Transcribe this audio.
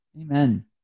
Amen